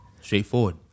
straightforward